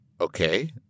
okay